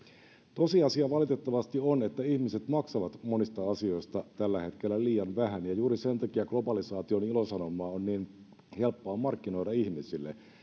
tosiasia valitettavasti on että ihmiset maksavat monista asioista tällä hetkellä liian vähän ja juuri sen takia globalisaation ilosanomaa on niin helppoa markkinoida ihmisille